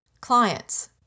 clients